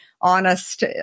honest